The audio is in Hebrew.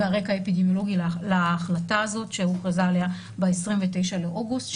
והרקע האפידמיולוגי להחלטה הזאת שהוכרז עליה ב-29 באוגוסט,